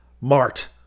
Mart